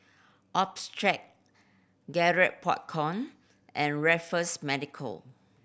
Optrex Garrett Popcorn and Raffles Medical